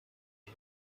and